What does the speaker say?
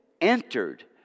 entered